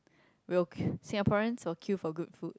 we'll queue Singaporeans will queue for good food